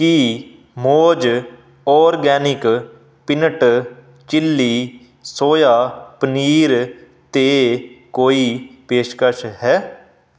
ਕੀ ਮੌਜ਼ organic peanut chilli soya paneer 'ਤੇ ਕੋਈ ਪੇਸ਼ਕਸ਼ ਹੈ